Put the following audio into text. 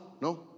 no